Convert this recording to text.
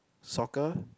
soccer